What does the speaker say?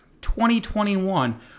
2021